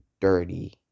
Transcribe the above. dirty